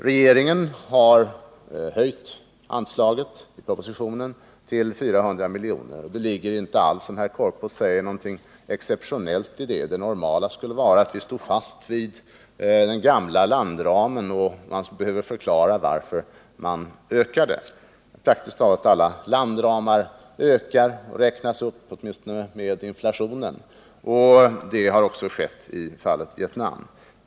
Regeringen har i propositionen höjt anslaget till 400 milj.kr., och det ligger, i motsats till vad herr Korpås tycks mena, inte alls någonting exceptionellt i detta. Det normala skulle vara, menar herr Korpås, att stå fast vid den gamla landramen och lämna en förklaring när man ökar den. Praktiskt taget alla landramar ökar. Åtminstone räknas de upp i takt med inflationen. Detta har också skett i fallet Vietnam.